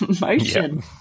motion